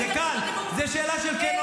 --- את מסוגלת להגיד משפט כזה?